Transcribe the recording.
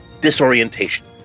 disorientation